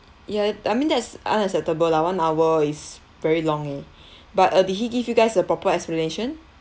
ya I mean that's unacceptable lah one hour is very long eh but uh did he give you guys a proper explanation